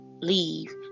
leave